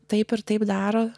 taip ir taip daro